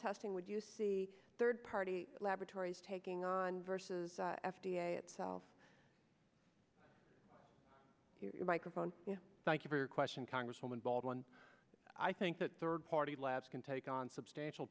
testing would you see third party laboratories taking on versus f d a itself your microphone thank you for your question congresswoman baldwin i think that third party labs can take on substantial